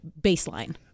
baseline